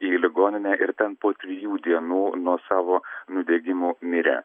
į ligoninę ir ten po trijų dienų nuo savo nudegimų mirė